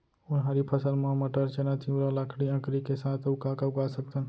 उनहारी फसल मा मटर, चना, तिंवरा, लाखड़ी, अंकरी के साथ अऊ का का उगा सकथन?